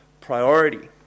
priority